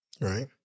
Right